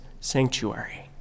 sanctuary